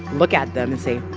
look at them and say,